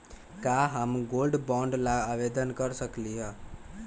का हम gold bond ला आवेदन कर सकली ह?